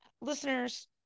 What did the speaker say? listeners